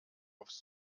aufs